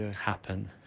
happen